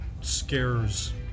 scares